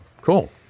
Cool